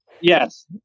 Yes